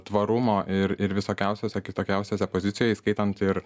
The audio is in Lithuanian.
tvarumo ir ir visokiausiose kitokiausiose pozicijoj įskaitant ir